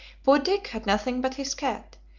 poor dick had nothing but his cat,